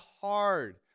hard